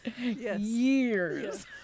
years